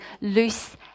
loose